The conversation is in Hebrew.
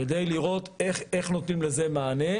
כדי לראות איך נותנים לזה מענה,